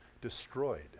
destroyed